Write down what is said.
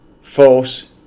false